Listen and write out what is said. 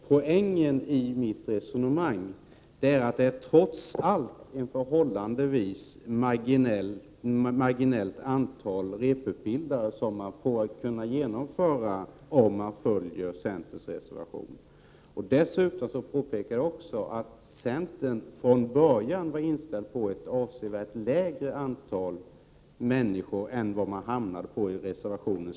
Poängen i mitt resonemang var emellertid att det trots allt är ett marginellt antal repetitionsutbildade som det blir fråga om, om man bifaller centerns reservation. Jag påpekade också att centern från början var inställd på ett avsevärt lägre antal personer än vad som slutligen kom att föreslås i reservationen.